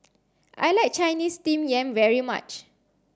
I like Chinese steamed yam very much